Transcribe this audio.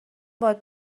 باد